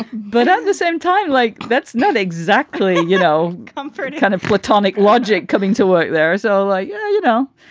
but at the same time, like, that's not exactly, you know, comfort kind of platonic logic coming to work there. so, like yeah you know.